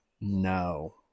No